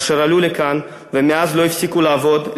אשר עלו לכאן ומאז לא הפסיקו לעבוד,